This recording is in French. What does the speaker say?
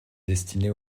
destinés